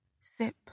sip